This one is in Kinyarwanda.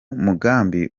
mugambi